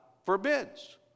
forbids